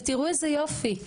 ותראו איזה יופי.